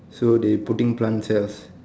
so they putting plant cells